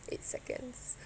eight seconds